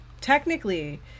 technically